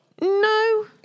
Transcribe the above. no